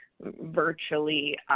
virtually